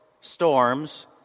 storms